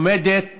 עומדת